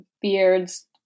beard's